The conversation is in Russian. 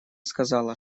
сказала